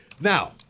Now